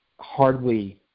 hardly